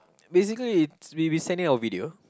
basically we we send it our video